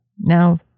Now